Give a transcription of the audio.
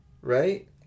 right